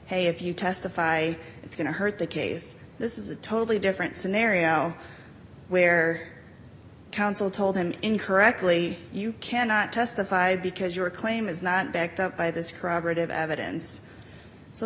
hey if you testify it's going to hurt the case this is a totally different scenario where counsel told him incorrectly you cannot testify because your claim is not backed up by this corroborative evidence so